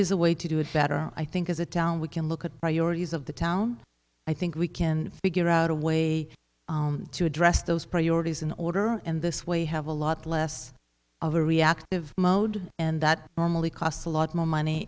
is a way to do it better i think as a town we can look at priorities of the town i think we can figure out a way to address those priorities in order and this way have a lot less of a reactive mode and that normally costs a lot more money